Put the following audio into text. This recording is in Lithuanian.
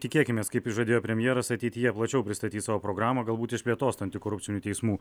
tikėkimės kaip ir žadėjo premjeras ateityje plačiau pristatys savo programą galbūt išplėtos antikorupcinių teismų